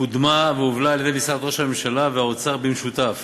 קודמה והובלה על-ידי משרד ראש הממשלה והאוצר במשותף